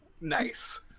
nice